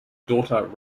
daughter